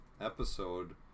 episode